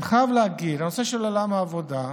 אני חייב להגיד, בנושא של עולם העבודה,